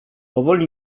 powoli